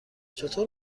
چطور